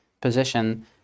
position